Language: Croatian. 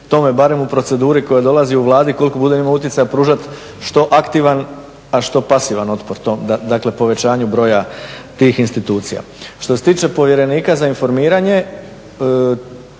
tome barem u proceduri koja dolazi u Vladi koliko budem imao utjecaja pružati što aktivan, a što pasivan otpor tom dakle povećanju broja tih institucija. Što se tiče Povjerenika za informiranje